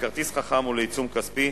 בכרטיס חכם ובעיצום כספי,